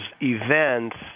events